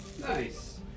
Nice